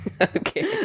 Okay